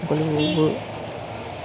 সকলোবোৰ